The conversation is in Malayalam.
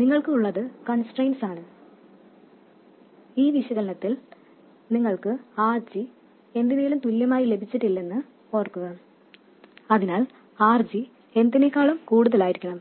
നിങ്ങൾക്ക് ഉള്ളത് കൺസ്ട്രെയിന്റ്സ് ആണ് ഈ വിശകലനത്തിൽ നിന്ന് നിങ്ങൾക്ക് RG എന്തിനെലും തുല്യമായി ലഭിച്ചിട്ടില്ലെന്ന് ഓർക്കുക അതിനാൽ RG എന്തിനെക്കാളും കൂടുതലായിരിക്കണം